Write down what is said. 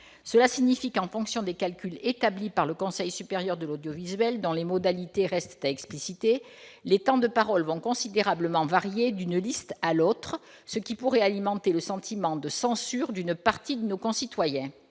texte. Mais, en fonction des calculs établis par le Conseil supérieur de l'audiovisuel, dont les modalités restent à expliciter, les temps de parole vont considérablement varier d'une liste à l'autre. Cette situation pourrait alimenter le sentiment de censure chez une partie de nos concitoyens.